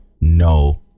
no